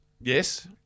Yes